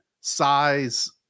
size